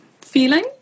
feeling